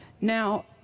Now